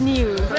News